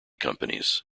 companies